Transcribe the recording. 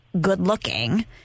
good-looking